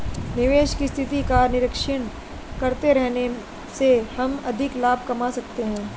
निवेश की स्थिति का निरीक्षण करते रहने से हम अधिक लाभ कमा सकते हैं